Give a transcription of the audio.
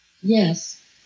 Yes